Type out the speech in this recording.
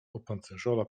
opancerzona